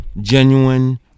genuine